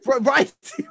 Right